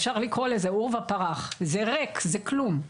אפשר לקרוא לזה עורבא פרח, זה ריק, זה כלום.